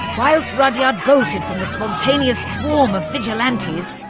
whilst rudyard bolted from the spontaneous swarm of vigilantes,